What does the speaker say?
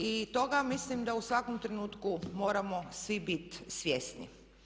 I toga mislim da u svakom trenutku moramo svi biti svjesni.